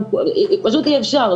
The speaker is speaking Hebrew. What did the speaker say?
פשוט אי אפשר.